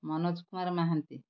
Manoj Kumar Mohanty